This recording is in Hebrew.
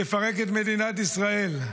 תפרק את מדינת ישראל.